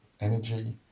energy